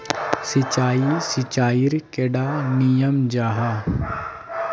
सिंचाई सिंचाईर कैडा नियम जाहा?